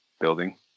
building